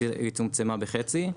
היא צומצמה בחצי.